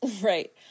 Right